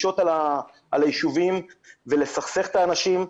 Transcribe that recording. לפשוט על הישובים ולסכסך בין האנשים.